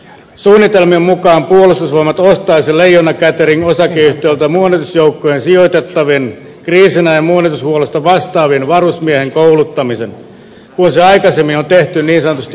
suunnitelmien mukaan puolustusvoimat ostaisi leijona catering osakeyhtiöltä muonitusjoukkoihin sijoitettavien kriisinajan muonitushuollosta vastaavien varusmiesten kouluttamisen kun se aikaisemmin on tehty niin sanotusti omana työnä